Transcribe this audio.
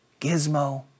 gizmo